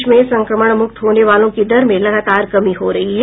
देश में संक्रमणमुक्त होने वालों की दर में लगातार कमी हो रही है